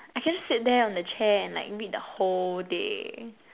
I can just sit there on the chair and like read the whole day